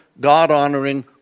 God-honoring